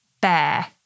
Bear